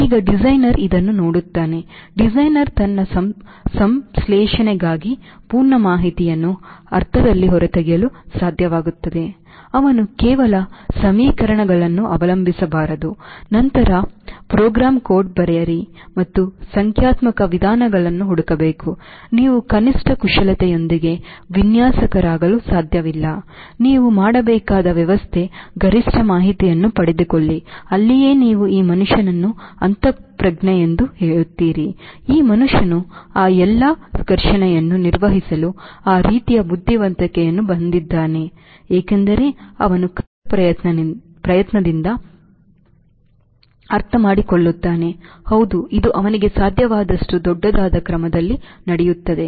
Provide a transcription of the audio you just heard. ಈಗ ಡಿಸೈನರ್ ಇದನ್ನು ನೋಡುತ್ತಾನೆ ಡಿಸೈನರ್ ತನ್ನ ಸಂಶ್ಲೇಷಣೆಗಾಗಿ ಪೂರ್ಣ ಮಾಹಿತಿಯನ್ನು ಅರ್ಥದಲ್ಲಿ ಹೊರತೆಗೆಯಲು ಸಾಧ್ಯವಾಗುತ್ತದೆ ಅವನು ಕೇವಲ ಸಮೀಕರಣಗಳನ್ನು ಅವಲಂಬಿಸಿರಬಾರದು ನಂತರ ಪ್ರೋಗ್ರಾಂ ಕೋಡ್ ಬರೆಯಿರಿ ಮತ್ತು ಸಂಖ್ಯಾತ್ಮಕ ವಿಧಾನಗಳನ್ನು ಹುಡುಕಬೇಕು ನೀವು ಕನಿಷ್ಟ ಕುಶಲತೆಯೊಂದಿಗೆ ವಿನ್ಯಾಸಕರಾಗಲು ಸಾಧ್ಯವಿಲ್ಲ ನೀವು ಮಾಡಬೇಕಾದ ವ್ಯವಸ್ಥೆ ಗರಿಷ್ಠ ಮಾಹಿತಿಯನ್ನು ಪಡೆದುಕೊಳ್ಳಿ ಅಲ್ಲಿಯೇ ನೀವು ಈ ಮನುಷ್ಯನನ್ನು ಅಂತಃಪ್ರಜ್ಞೆಯೆಂದು ಹೇಳುತ್ತೀರಿ ಈ ಮನುಷ್ಯನು ಆ ಎಲ್ಲಾ ಘರ್ಷಣೆಯನ್ನು ನಿರ್ವಹಿಸಲು ಆ ರೀತಿಯ ಬುದ್ಧಿವಂತಿಕೆಯನ್ನು ಹೊಂದಿದ್ದಾನೆ ಏಕೆಂದರೆ ಅವನು ಕನಿಷ್ಟ ಪ್ರಯತ್ನದಿಂದ ಅರ್ಥಮಾಡಿಕೊಳ್ಳುತ್ತಾನೆ ಹೌದು ಇದು ಅವನಿಗೆ ಅರ್ಥವಾಗುವಷ್ಟು ದೊಡ್ಡದಾದ ಕ್ರಮದಲ್ಲಿ ನಡೆಯುತ್ತದೆ